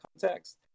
context